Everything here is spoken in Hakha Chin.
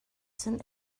cun